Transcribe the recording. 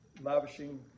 lavishing